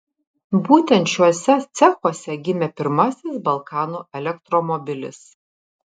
būtent šiuose cechuose gimė pirmasis balkanų elektromobilis